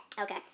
Okay